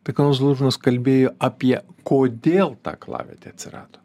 tai ką zalužnas kalbėjo apie kodėl ta aklavietė atsirado